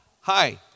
Hi